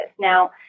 Now